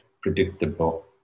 predictable